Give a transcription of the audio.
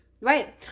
Right